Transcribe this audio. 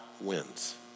wins